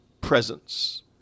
presence